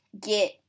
get